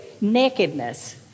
nakedness